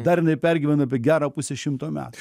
dar jinai pergyvena apie gerą pusę šimto metų